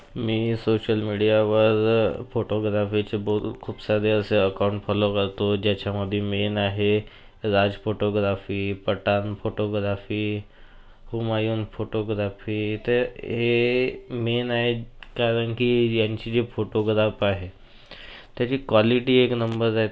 मी social मीडियावर फोटोग्राफीचे बोहोत खूप सारे असे अकाउंट फॉलो करतो ज्याच्यामध्ये मेन आहे Raj photography Pathan photography Humayun photography तर हे मेन आहेत कारण की यांची जी फोटोग्राफ आहे त्याची क्वालिटी एक नंबर आहे